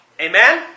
Amen